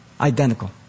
Identical